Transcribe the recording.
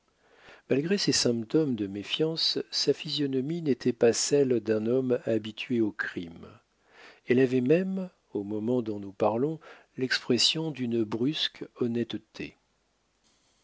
malgré ces symptômes de méfiance sa physionomie n'était pas celle d'un homme habitué au crime elle avait même au moment dont nous parlons l'expression d'une brusque honnêteté